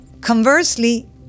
Conversely